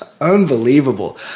Unbelievable